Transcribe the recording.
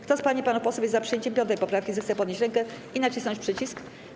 Kto z pań i panów posłów jest za przyjęciem 5. poprawki, zechce podnieść rękę i nacisnąć przycisk.